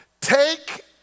take